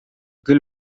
küll